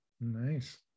nice